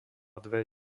dve